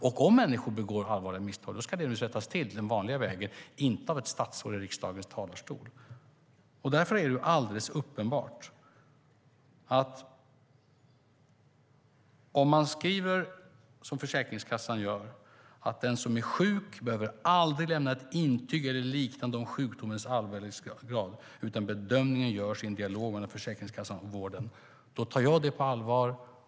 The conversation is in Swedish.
Om människor begår allvarliga misstag ska de rättas till den vanliga vägen, inte av ett statsråd i riksdagens talarstol. Det är alldeles uppenbart att om det är så som Försäkringskassan skriver, att den som är sjuk behöver aldrig lämna intyg eller liknande om graden av allvar hos sjukdomen utan bedömningen görs i en dialog mellan Försäkringskassan och vården, då tar jag det på allvar.